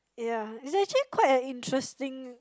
ya it's actually quite a interesting